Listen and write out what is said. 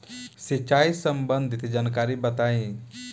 सिंचाई संबंधित जानकारी बताई?